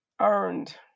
earned